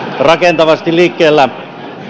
rakentavasti liikkeellä